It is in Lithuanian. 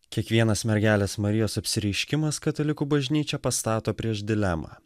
kiekvienas mergelės marijos apsireiškimas katalikų bažnyčią pastato prieš dilemą